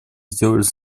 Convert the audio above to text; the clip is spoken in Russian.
сделать